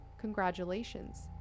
Congratulations